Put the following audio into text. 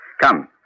Come